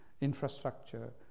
infrastructure